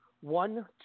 one